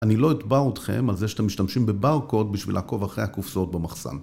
‫אני לא אתבע אתכם על זה שאתם ‫משתמשים בברקוד בשביל לעקוב אחרי הקופסאות במחסן.